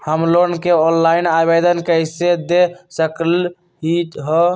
हम लोन के ऑनलाइन आवेदन कईसे दे सकलई ह?